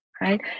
right